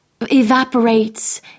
evaporates